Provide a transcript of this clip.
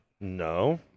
No